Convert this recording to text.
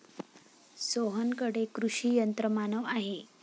सोहनकडे कृषी यंत्रमानव आहे